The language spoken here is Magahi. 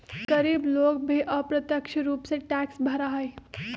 गरीब लोग भी अप्रत्यक्ष रूप से टैक्स भरा हई